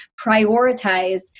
prioritize